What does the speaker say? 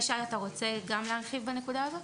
שי, אתה רוצה להרחיב בנקודה הזאת?